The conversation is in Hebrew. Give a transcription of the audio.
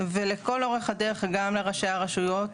ולכל אורך הדרך גם לראשי הרשויות,